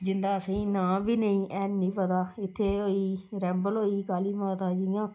जिंदा असेंई नांऽ बी नेईं हैनी पता उत्थें होई गेई रैंबल होई काली माता जियां